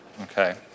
Okay